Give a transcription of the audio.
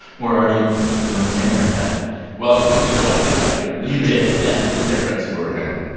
we're already doing the same haircut well, in the show, i did have hair you did. yeah this haircut's for henry.